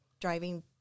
driving